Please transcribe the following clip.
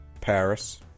Paris